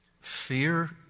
Fear